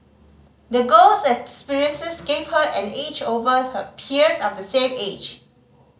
the girl's experiences gave her an edge over her peers of the same age